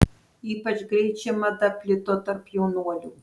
ypač greit ši mada plito tarp jaunuolių